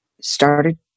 started